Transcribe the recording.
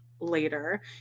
later